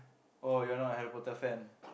oh you're not a Harry-Potter fan